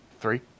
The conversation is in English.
three